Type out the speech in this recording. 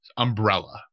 umbrella